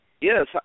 yes